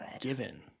given